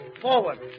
forward